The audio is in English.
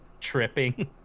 tripping